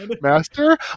Master